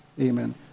Amen